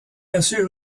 assure